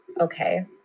Okay